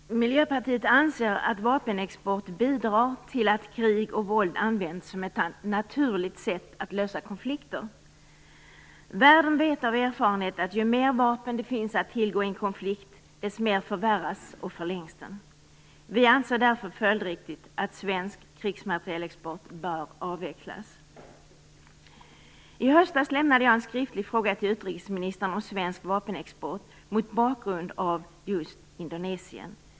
Herr talman! Miljöpartiet anser att vapenexport bidrar till att krig och våld används som ett naturligt sätt att lösa konflikter. Världen vet av erfarenhet att ju mera vapen det finns att tillgå i en konflikt, desto mera förvärras och förlängs denna. Vi anser det därför vara följdriktigt att svensk krigsmaterielexport bör avvecklas. I höstas lämnade jag en skriftlig fråga till utrikesministern om svensk vapenexport mot bakgrund av just Indonesien.